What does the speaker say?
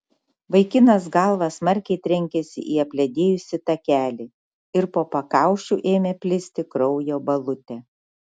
vaikinas galva smarkiai trenkėsi į apledėjusį takelį ir po pakaušiu ėmė plisti kraujo balutė